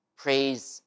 praise